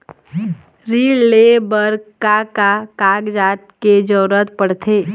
ऋण ले बर का का कागजात के जरूरत पड़थे?